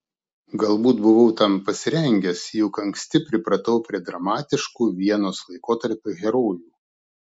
galbūt buvau tam pasirengęs juk anksti pripratau prie dramatiškų vienos laikotarpio herojų